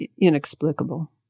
inexplicable